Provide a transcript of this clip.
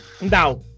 now